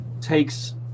takes